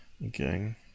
again